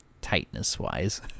tightness-wise